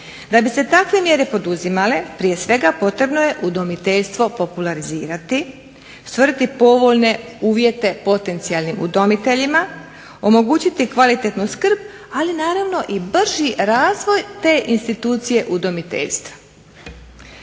Da bi se takve mjere poduzimale prije svega potrebno je udomiteljstvo popularizirati, ostvariti povoljne uvjete potencijalnim udomiteljima, omogućiti kvalitetnu skrb ali naravno i brži razvoj te institucije udomiteljstva.